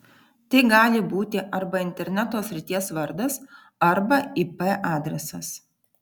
tai gali būti arba interneto srities vardas arba ip adresas